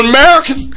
American